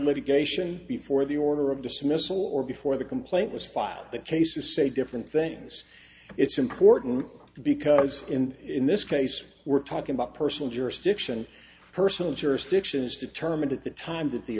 litigation before the order of dismissal or before the complaint was filed the case is say different things it's important because in this case we're talking about personal jurisdiction personal jurisdiction is determined at the time that the